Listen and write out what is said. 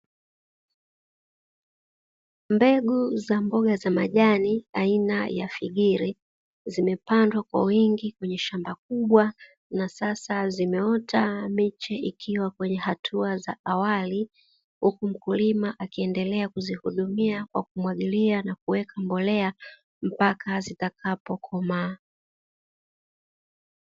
Mbegu za mboga za majani aina ya figiri zimepandwa kwa wingi kwenye shamba kubwa, na sasa zimeota miche ikiwa kwenye hatua za awali, huku mkulima akiendelea kuzihudumia kwa kumwagilia na kuweka mbolea mpaka zitakapokomaa.